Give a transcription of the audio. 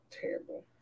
Terrible